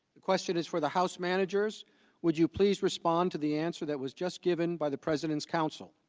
the question is for the house managers would you please respond to the answer that was just given by the president's council